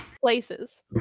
places